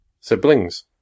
Siblings